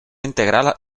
integral